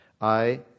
I